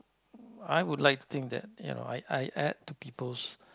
I would like to think that you know I I add to people's